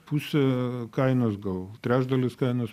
pusė kainos gal trečdalis kainos